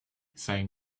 saying